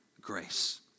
grace